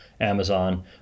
Amazon